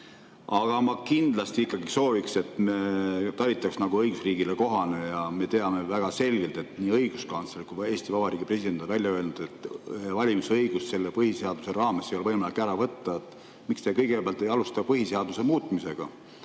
Aga ma kindlasti ikkagi sooviksin, et me talitaksime nagu õigusriigile kohane. Ja me teame väga selgelt, et nii õiguskantsler kui ka Eesti Vabariigi president on välja öelnud, et valimisõigust selle põhiseaduse raames ei ole võimalik ära võtta. Miks te kõigepealt ei alustada põhiseaduse muutmisest,